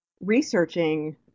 researching